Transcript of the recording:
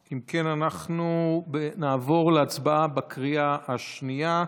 אם כן, נעבור להצבעה בקריאה השנייה.